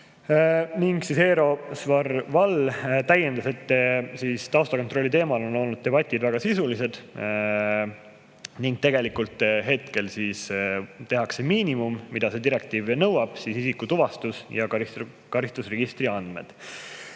küsimuses. Eero Svarval täiendas, et taustakontrolli teemal on olnud debatid väga sisulised ning tegelikult hetkel tehakse miinimum, mida see direktiiv nõuab: isikutuvastus ja karistusregistri andmed.